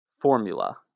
Formula